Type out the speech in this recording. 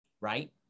Right